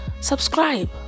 subscribe